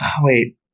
Wait